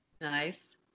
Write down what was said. Nice